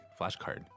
flashcard